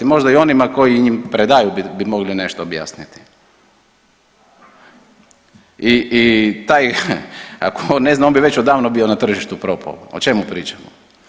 Možda i onima koji im predaju bi mogli nešto objasniti i taj, tko ne zna, on bi već odavno bio na tržištu propao, o čemu pričamo?